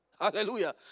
Hallelujah